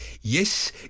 yes